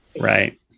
Right